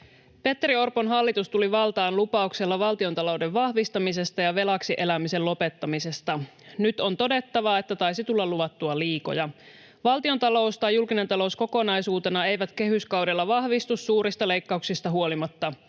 Petteri Orpon hallitus tuli valtaan lupauksella valtiontalouden vahvistamisesta ja velaksi elämisen lopettamisesta. Nyt on todettava, että taisi tulla luvattua liikoja. Valtiontalous tai julkinen talous kokonaisuutena ei kehyskaudella vahvistu suurista leikkauksista huolimatta.